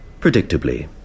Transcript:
predictably